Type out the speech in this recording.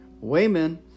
Wayman